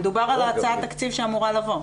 מדובר על הצעת תקציב שאמורה לבוא,